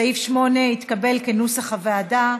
סעיף 8 התקבל כנוסח הוועדה.